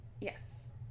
Yes